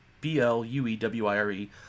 b-l-u-e-w-i-r-e